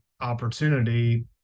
opportunity